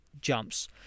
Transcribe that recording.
jumps